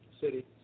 city